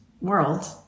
world